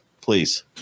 Please